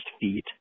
feet